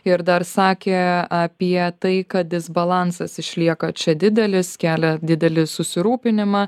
ir dar sakė apie tai kad disbalansas išlieka čia didelis kelia didelį susirūpinimą